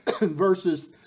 Verses